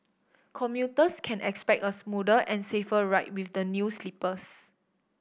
commuters can expect a smoother and safer ride with the new sleepers